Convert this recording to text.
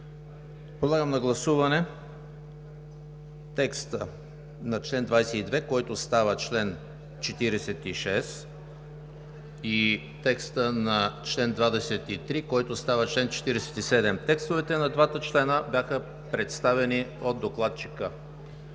Подлагам на гласуване текста на чл. 22, който става чл. 46 и текста на чл. 23, който става чл. 47, които бяха представени от докладчика